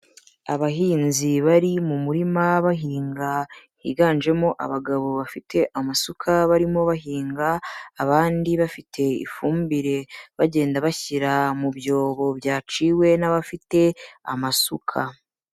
Abahinzi bari mu murima bahinga, higanjemo abagabo bafite amasuka barimo bahinga, abandi bafite ifumbire bagenda bashyira mu byobo byaciwe n'abafite amasuka.